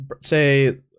say